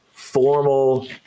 formal